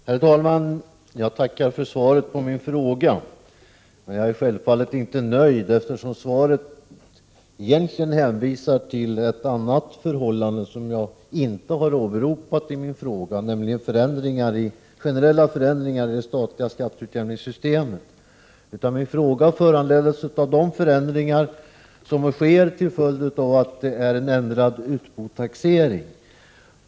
Herr talman! Jag tackar för svaret på min fråga, men jag är självfallet inte nöjd, eftersom svaret egentligen hänvisar till ett förhållande som jag inte har åberopat i min fråga, nämligen generella förändringar i det statliga skatteutjämningssystemet. Min fråga föranleddes av de förändringar som sker till följd av en ändrad utbotaxering.